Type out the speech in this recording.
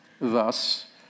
Thus